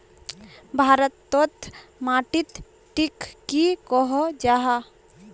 भारत तोत माटित टिक की कोहो जाहा?